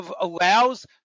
allows